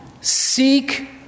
Seek